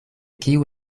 kiu